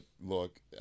look